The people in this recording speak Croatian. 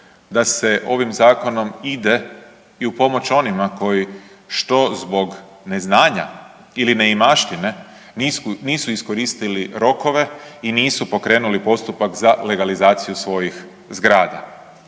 da se ovim zakonom ide i u pomoć onima koji što zbog neznanja ili neimaštine nisu iskoristili rokove i nisu pokrenuli postupak za legalizaciju svojih zgrada.